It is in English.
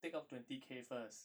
take out twenty K first